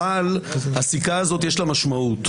אבל לסיכה הזאת יש משמעות.